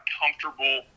comfortable